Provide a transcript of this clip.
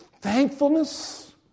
thankfulness